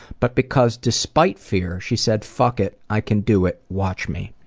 but because despite fear, she said, fuck it, i can do it. watch me.